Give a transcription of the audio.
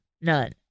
None